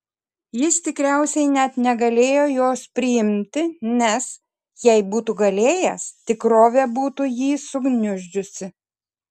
jis tikriausiai net negalėjo jos priimti nes jei būtų galėjęs tikrovė būtų jį sugniuždžiusi